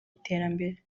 iterambere